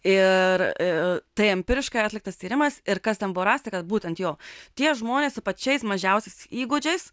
ir tai empiriškai atliktas tyrimas ir kas ten buvo rasta kad būtent jo tie žmonės su pačiais mažiausiais įgūdžiais